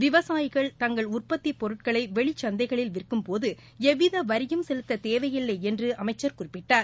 விவசாயிகள் தங்கள் உற்பத்திப் பொருட்களை வெளிச்சந்தைகளில் விற்கும் போது எவ்வித வரியும் செலுத்த தேவையில்லை என்று அமைச்சர் குறிப்பிட்டார்